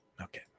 Okay